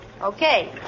Okay